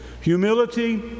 humility